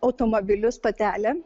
automobilius stotelė